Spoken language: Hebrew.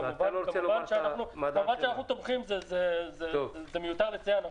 כמובן שאנחנו תומכים, מיותר לציין.